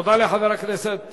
תודה לחבר הכנסת